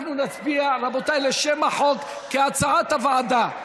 רבותיי, אנחנו נצביע על שם החוק, כהצעת הוועדה.